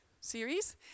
series